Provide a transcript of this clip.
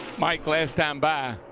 mike last time by,